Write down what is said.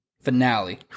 finale